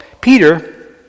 Peter